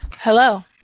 Hello